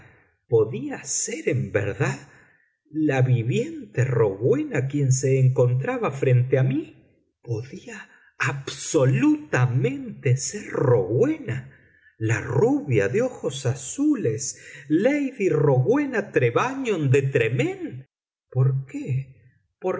podía ser en verdad la viviente rowena quien se encontraba frente a mí podía absolutamente ser rowena la rubia de ojos azules lady rowena trevanion de tremaine por qué por